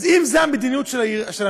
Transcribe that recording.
אז אם זו המדיניות של המדינה,